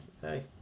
hey